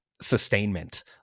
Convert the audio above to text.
sustainment